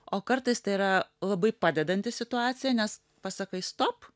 o kartais tai yra labai padedanti situacija nes pasakai stop